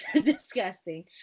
disgusting